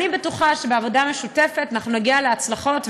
אני בטוחה שבעבודה משותפת אנחנו נגיע להצלחות,